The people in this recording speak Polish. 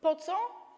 Po co?